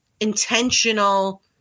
intentional